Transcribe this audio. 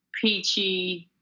peachy